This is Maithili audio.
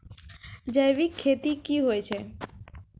जैविक खेती की होय छै?